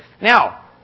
Now